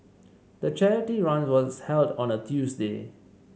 the charity run was held on a Tuesday